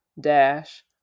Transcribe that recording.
dash